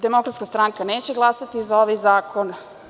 Demokratska stranka neće glasati za ovaj zakon.